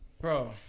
bro